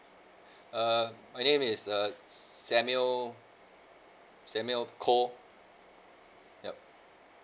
err my name is uh samuel samuel koh yup